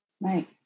Right